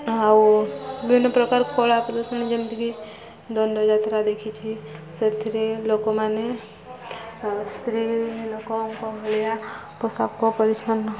ଆଉ ବିଭିନ୍ନ ପ୍ରକାର କଳା ପ୍ରଦର୍ଶନୀ ଯେମିତିକି ଦଣ୍ଡଯାତ୍ରା ଦେଖିଛି ସେଥିରେ ଲୋକମାନେ ସ୍ତ୍ରୀ ଲୋକଙ୍କ ଭଳିଆ ପୋଷାକ ପରିଚ୍ଛନ୍ନ